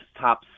top